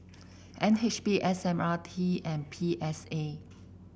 N H B S M R T and P S A